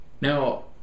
now